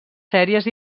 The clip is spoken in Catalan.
sèries